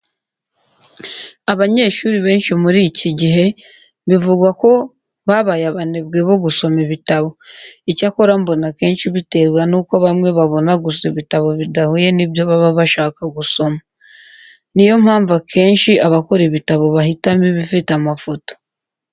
Abanyeshuri benshi muri iki gihe bivugwa ko babaye abanebwe bo gusoma ibitabo. Icyakora mbona akenshi biterwa n'uko bamwe babona gusa ibitabo bidahuye n'ibyo baba bashaka gusoma. Ni yo mpamvu akenshi abakora ibitabo bahitamo ibifite amafoto.